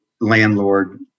landlord